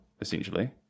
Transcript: essentially